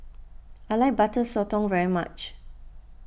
I like Butter Sotong very much